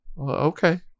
Okay